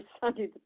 Sunday